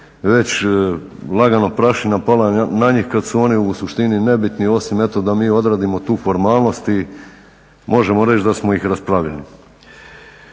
već lagano prašina pala na njih, kad su oni u suštini nebitni osim eto da mi odradimo tu formalnost i možemo reći da smo ih raspravili.